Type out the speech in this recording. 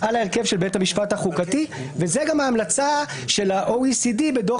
זה כמו עובד שירות מדינה,